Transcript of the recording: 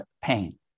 pain